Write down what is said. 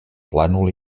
plànol